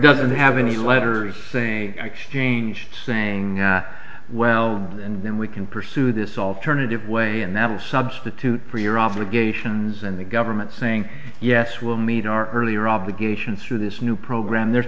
doesn't have any letters saying exchange saying well and then we can pursue this alternative way and that a substitute for your obligations and the government saying yes we'll meet our earlier obligation through this new program there